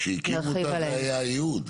כשהקימו אותה זה היה הייעוד.